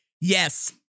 Yes